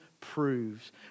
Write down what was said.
proves